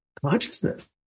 consciousness